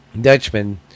Dutchman